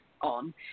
on